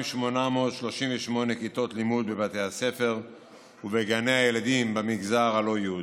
ב-2,838 כיתות לימוד בבתי הספר ובגני הילדים במגזר הלא-יהודי.